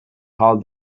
halt